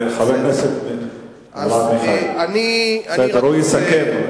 חבר הכנסת מיכאלי, הוא יסכם.